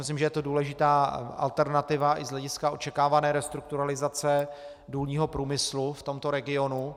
Myslím, že je to důležitá alternativa i z hlediska očekávané restrukturalizace důlního průmyslu v tomto regionu.